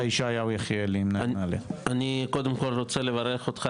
אני רוצה לברך אותך,